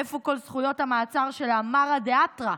איפה כל זכויות המעצר של המרא דאתרא,